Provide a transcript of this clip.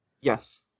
Yes